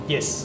Yes।